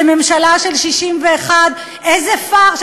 לממשלה של 61. איזה פארש.